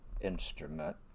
instrument